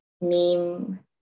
meme